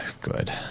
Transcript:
good